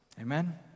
Amen